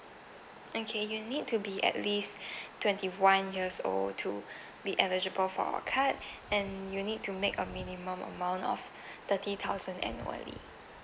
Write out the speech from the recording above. okay you need to be at least twenty one years old to be eligible for a card and you need to make a minimum amount of thirty thousand annually